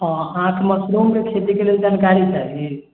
अहाँके मशरूम के खेती के लेल जानकारी चाही